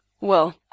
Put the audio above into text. Well